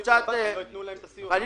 אחרת לא ייתנו להם את הסיוע.